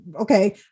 okay